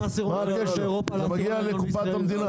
--- זה מגיע לקופת המדינה.